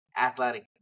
athletic